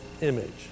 image